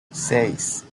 seis